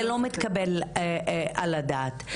זה לא מתקבל על הדעת.